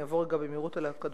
אני אעבור במהירות על הכדורסל.